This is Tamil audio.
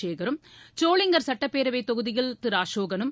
சேகரும் சோளிங்கர் சுட்டப்பேரவைத் தொகுதியில் திரு அசோகனும்